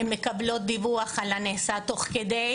הן מקבלות דיווח על ידי על הנעשה תוך כדי,